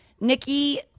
Nikki